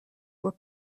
were